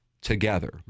together